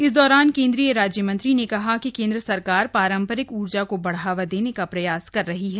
इस दौरान केन्द्रीय राज्यमंत्री ने कहा कि केन्द्र सरकार पारंपरिक ऊर्जा को बढ़ावा देने का प्रयास कर रही है